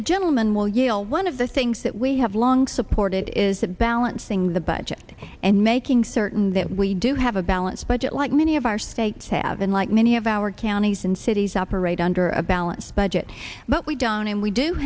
the gentleman will you know one of the things that we have long supported is that balancing the budget and making certain that we do have a balanced budget like many of our states have unlike many of our counties and cities operate under a balanced budget but we don't and we do